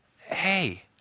hey